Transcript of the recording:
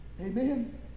Amen